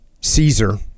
Caesar